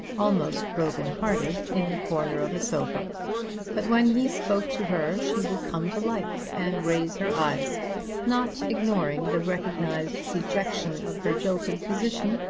almost broken-hearted in the corner of a sofa but when he spoke to her she would come to life and raise her eyes not ignoring the recognised dejection of her jilted position,